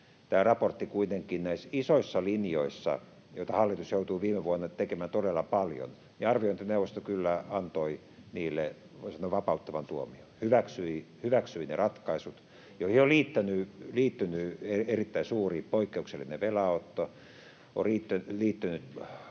raportti kuitenkin näille isoille linjoille, joita hallitus joutui viime vuonna tekemään todella paljon, antoi, voi sanoa, vapauttavan tuomion: hyväksyi ne ratkaisut, joihin on liittynyt erittäin suuri, poikkeuksellinen velanotto, on liittynyt